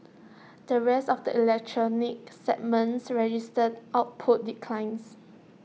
the rest of the electronics segments registered output declines